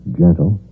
gentle